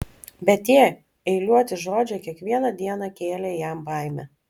bet tie eiliuoti žodžiai kiekvieną dieną kėlė jam baimę